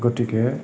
গতিকে